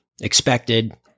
expected